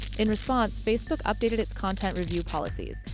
in response, facebook updated its content review policies,